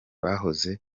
bahoze